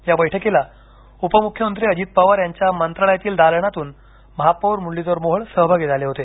या बैठकीला उपमुख्यमंत्री अजित पवार यांच्या मंत्रालयातील दालनातून महापौर मुरलीधर मोहोळ सहभागी झाले होते